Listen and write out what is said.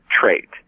trait